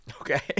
Okay